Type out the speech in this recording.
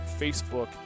Facebook